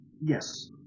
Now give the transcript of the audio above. Yes